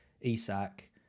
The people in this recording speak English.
Isak